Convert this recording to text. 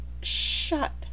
shut